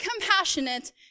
compassionate